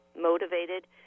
motivated –